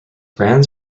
brands